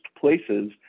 places